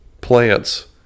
plants